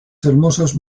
hermosas